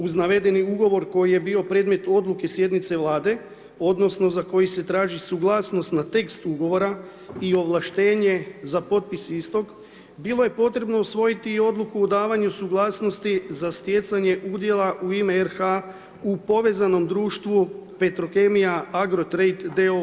Uz navedeni ugovor koji je bio predmet Odluke sjednice Vlade, odnosno za koji se traži suglasnost na tekst Ugovora i ovlaštenje za potpis istog, bilo je potrebno usvojiti i Odluku o davanju suglasnosti za stjecanje udjela u ime RH u povezanom društvu Petrokemija Agrotrade d.o.o.